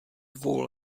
dvou